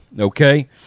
okay